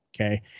okay